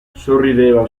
sorrideva